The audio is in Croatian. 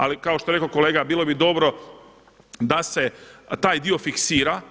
Ali kao što je rekao kolega, bilo bi dobro da se taj dio fiksira.